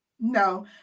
No